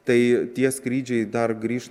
tai tie skrydžiai dar grįš grįš